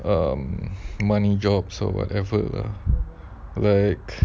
um money jobs or whatever lah like